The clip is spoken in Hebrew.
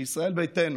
מישראל ביתנו,